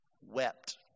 wept